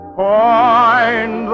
find